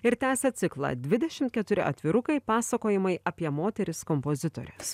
ir tęsia ciklą dvidešimt keturi atvirukai pasakojimai apie moteris kompozitores